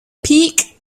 peak